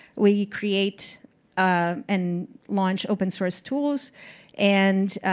we create ah and launch open-source tools and